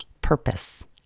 purpose